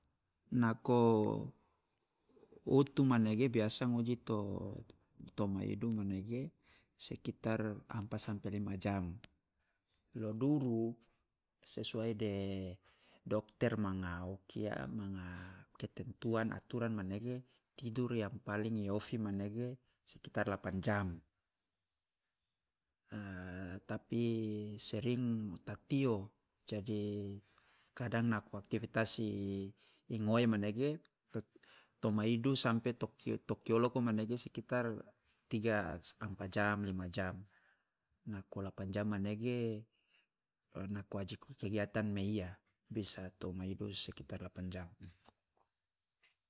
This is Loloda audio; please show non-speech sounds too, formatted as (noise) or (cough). Nako wutu manege biasa ngoji to to maidu manege sekitar empat sampe lima jam, lo duru sesuai de dokter manga o kia manga ketentuan aturan manege tidur yang paling i ofi manege sekitar delapan jam tapi sering tak tio, jadi kadang nako aktivitas i ngoe manege to maidu sampe tokio tokioloko mmanege sekitar tiga ampat jam lima jam nako lapan jam manege (hesitation) nako wa aji kegiatan meiya biasa to maidu sampe lapan jam.